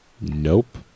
Nope